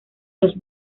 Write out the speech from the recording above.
los